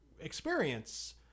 experience